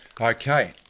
Okay